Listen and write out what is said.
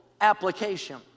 application